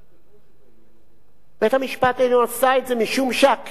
בית-המשפט העליון עשה את זה משום שהכנסת לא פעלה.